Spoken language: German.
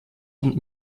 und